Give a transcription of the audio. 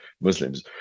Muslims